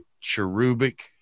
cherubic